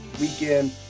weekend